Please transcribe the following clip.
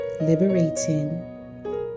liberating